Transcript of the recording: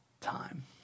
time